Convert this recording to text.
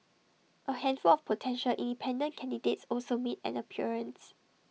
A handful of potential independent candidates also made an appearance